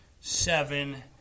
seven